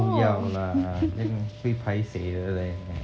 不要 lah 这样会 paiseh 的 leh